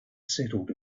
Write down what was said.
settled